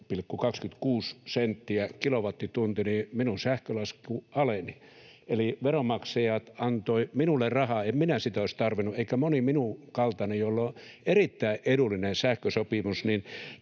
niin minun sähkölaskuni aleni, eli veronmaksajat antoivat minulle rahaa. En minä sitä olisi tarvinnut, eikä moni minun kaltainen, jolla on erittäin edullinen sähkösopimus.